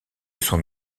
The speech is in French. son